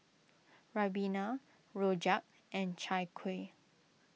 Ribena Rojak and Chai Kueh